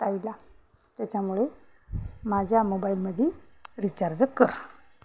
त्याईला त्याच्यामुळे माझ्या मोबाईलमध्ये रिचार्ज कर